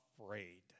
afraid